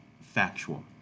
factual